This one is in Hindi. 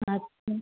अच्छा